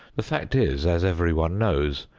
the fact is, as everyone knows,